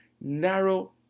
narrow